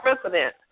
president